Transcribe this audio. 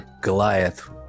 Goliath